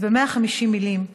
אז ב-150 מילים,